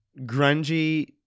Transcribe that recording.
grungy